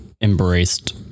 embraced